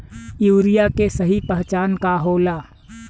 Urea के सही पहचान का होला?